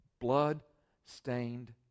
blood-stained